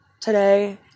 today